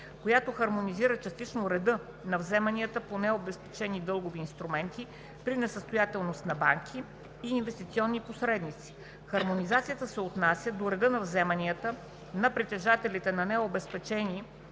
която хармонизира частично реда на вземанията по необезпечени дългови инструменти при несъстоятелност на банки и инвестиционни посредници. Хармонизацията се отнася до реда на вземанията на притежателите на необезпечени